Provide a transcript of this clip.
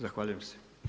Zahvaljujem se.